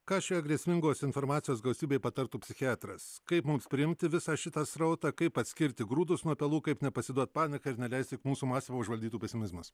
ką šioje grėsmingos informacijos gausybėje patartų psichiatras kaip mums priimti visą šitą srautą kaip atskirti grūdus nuo pelų kaip nepasiduot panikai ir neleisti kad mūsų mąstymą užvaldytų pesimizmas